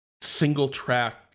single-track